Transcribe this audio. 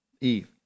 Eve